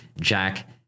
Jack